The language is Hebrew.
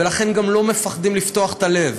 ולכן גם לא מפחדים לפתוח את הלב.